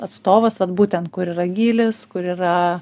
atstovas vat būtent kur yra gylis kur yra